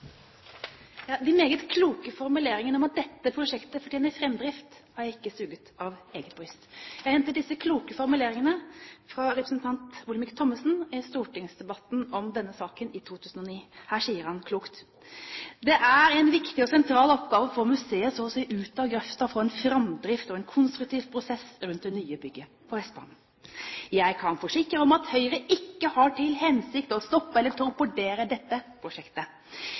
De meget kloke formuleringene om at dette prosjektet fortjener framdrift, har jeg ikke suget av eget bryst. Jeg hentet disse kloke formuleringene fra representanten Olemic Thommessen i stortingsdebatten om denne saken i 2009. Her sier han klokt: «Det er en viktig og sentral oppgave å få museet så å si ut av grøfta og få en fremdrift og en konstruktiv prosess rundt det nye bygget på Vestbanen. Jeg kan forsikre om at Høyre ikke har til hensikt å stoppe eller torpedere det prosjektet.